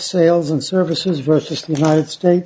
sales and services versus the united states